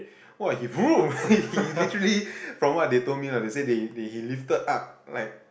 !wah! he !vroom! he he literally from what they told me lah they said that that he lifted up like